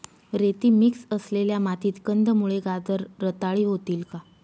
रेती मिक्स असलेल्या मातीत कंदमुळे, गाजर रताळी होतील का?